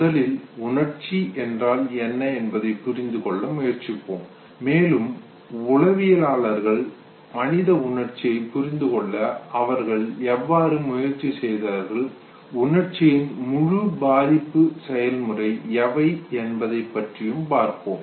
முதலில் உணர்ச்சி என்றால் என்ன என்பதை புரிந்துகொள்ள முயற்சிப்போம் மேலும் உளவியலாளர்கள் மனித உணர்ச்சியை புரிந்துகொள்ள அவர்கள் எவ்வாறு முயற்சி செய்தார்கள் உணர்ச்சியின் முழு பாதிப்பு செயல்முறை எவை என்பதை பற்றியும் பார்ப்போம்